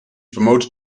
promoted